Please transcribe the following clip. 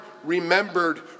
remembered